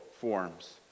forms